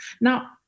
Now